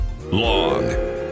long